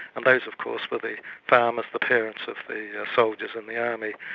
and those of course were the farmers, the parents of the soldiers in the army.